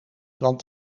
want